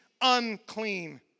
unclean